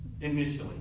initially